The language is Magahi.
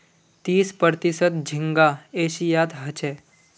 तीस प्रतिशत झींगा एशियात ह छे